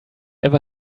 ever